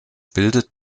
bildet